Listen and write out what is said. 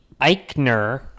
Eichner